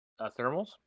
thermals